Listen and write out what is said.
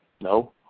No